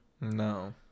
No